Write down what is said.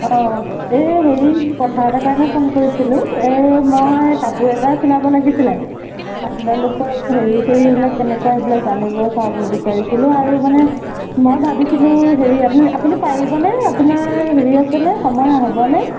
এ হেৰি কথা এটা কাৰণে ফোন কৰিছিলোঁ এ মই কাপোৰ এটা চিলাব লাগিছিলে আপোনালোকৰ হেৰি চেৰিবিলাক কেনেকুৱা সেইবিলাক জানিব চাব বিচাৰিছিলোঁ আৰু মানে মই ভাবিছিলোঁ হেৰি আপুনি আপুনি পাৰিবনে আপোনাৰ হেৰি আছেনে সময় হ'ব নে